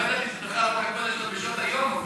אני לא ידעתי שבכלל רוח הקודש גם בשעות היום עובדת.